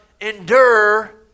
endure